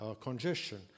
congestion